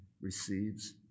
receives